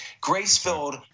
grace-filled